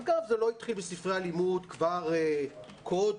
אגב, זה לא התחיל בספרי הלימוד כבר קודם